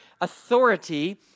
authority